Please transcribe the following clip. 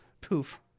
Poof